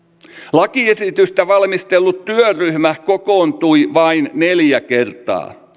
lakiesitystä valmistellut työryhmä kokoontui vain neljä kertaa